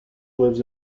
lives